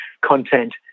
content